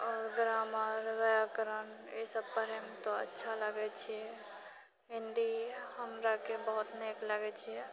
आओर ग्रामर व्याकरण ईसभ पढ़यमे तो अच्छा लागैत छै हिन्दी हमराके बहुत नीक लागैत छै